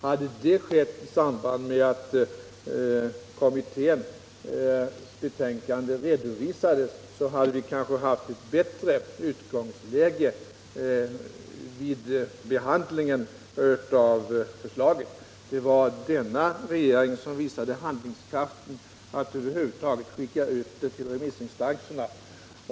Om det skett i samband med att betänkandet redovisades, så hade vi kanske haft ett bättre utgångsläge vid behandlingen av förslaget. Det var den nuvarande regeringen som visade handlingskraften att över huvud taget skicka ut förslaget till remissinstanserna.